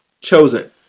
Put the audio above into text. chosen